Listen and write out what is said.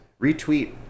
Retweet